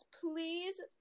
please